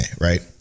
right